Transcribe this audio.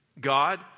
God